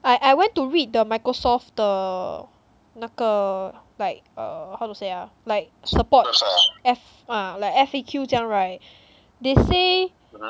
I I went to read the microsoft 的那个 like err how to say ah like support F ah like F_A_Q 这样 right they say